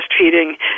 breastfeeding